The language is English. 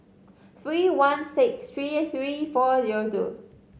three one six three three four zero two